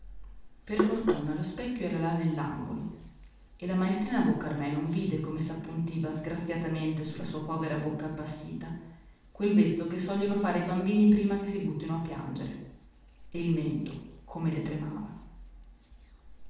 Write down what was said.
per fortuna lo specchio era là nell'angolo e la maestrina boccarmè non vide come s'appuntiva sgraziatamente sulla sua povera bocca appassita quel vezzo che sogliono fare i bambini prima che si buttino a piangere e il mento come le tremava